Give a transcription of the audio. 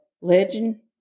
legend